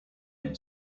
been